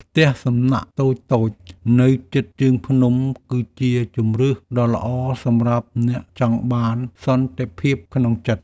ផ្ទះសំណាក់តូចៗនៅជិតជើងភ្នំ គឺជាជម្រើសដ៏ល្អសម្រាប់អ្នកចង់បានសន្តិភាពក្នុងចិត្ត។